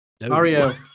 Mario